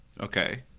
Okay